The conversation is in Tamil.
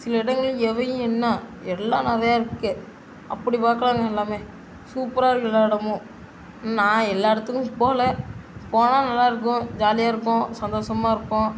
சில இடங்களில் எவை என்ன எல்லாம் நிறையா இருக்கும் அப்படி பார்க்கலாங்க எல்லாமே சூப்பராக இருக்கும் எல்லா இடமும் நான் எல்லா இடத்துக்கும் போகல போனால் நல்லாயிருக்கும் ஜாலியாக இருக்கும் சந்தோஷமா இருப்போம்